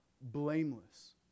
blameless